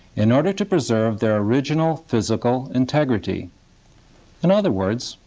in order to preserve their original physical integrity in other words,